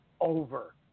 over